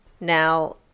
Now